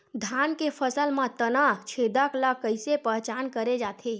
धान के फसल म तना छेदक ल कइसे पहचान करे जाथे?